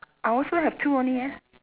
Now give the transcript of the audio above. I also have two only leh